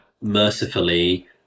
mercifully